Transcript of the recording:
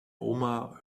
oma